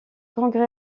congrès